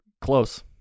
Close